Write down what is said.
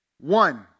One